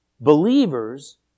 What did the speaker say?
believers